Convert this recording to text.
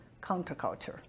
counterculture